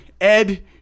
Ed